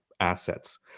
assets